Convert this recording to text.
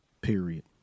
Period